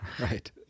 Right